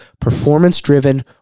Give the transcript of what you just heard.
performance-driven